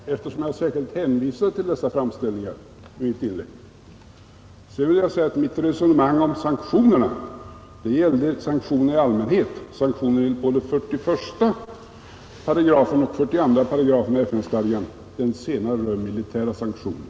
Herr talman! Nej, det är mig inte obekant, herr Lange, eftersom jag särskilt hänvisat till dessa framställningar. Sedan vill jag säga att mitt resonemang om sanktionerna gällde sanktioner i allmänhet, både enligt artikel 41 och artikel 42 i FN-stadgan — den senare rör militära sanktioner.